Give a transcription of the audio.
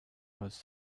was